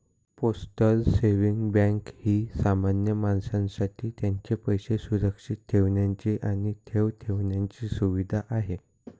postal saving bank ही सामान्य माणसासाठी त्यांचे पैसे सुरक्षित ठेवण्याची आणि ठेव ठेवण्याची सुविधा आहे